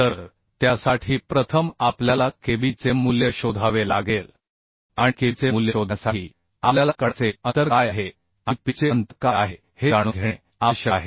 तर त्यासाठी प्रथम आपल्याला kB चे मूल्य शोधावे लागेल आणि kBचे मूल्य शोधण्यासाठी आपल्याला कडाचे अंतर काय आहे आणि पिच चे अंतर काय आहे हे जाणून घेणे आवश्यक आहे